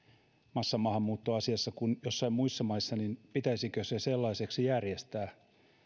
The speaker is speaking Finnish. massamaahanmuuttoasiassa kuin jossain muissa maissa niin pitäisikö se sellaiseksi järjestää kuin